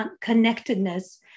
connectedness